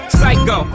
Psycho